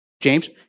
James